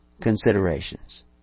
considerations